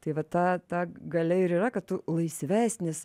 tai va ta ta galia ir yra kad tu laisvesnis